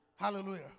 Hallelujah